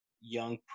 young